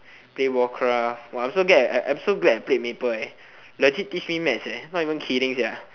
play warcraft !wah! I'm so glad I'm I'm so glad I played mple eh legit teach me maths eh not even kidding sia